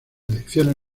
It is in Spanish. elecciones